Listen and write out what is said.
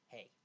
Hey